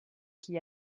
qui